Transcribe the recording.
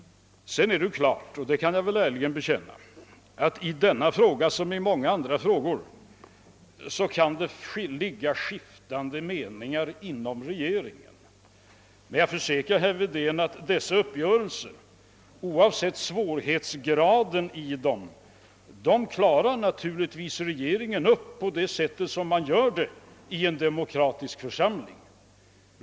Det är självklart — och det kan jag ärligt bekänna — att det i denna fråga liksom i många andra frågor har rått skiftande meningar inom regeringen. Men jag kan försäkra herr Wedén att oavsett svårighetsgraden klarar regeringen en sådan här uppgörelse på det sätt som man gör i en demokratisk församling.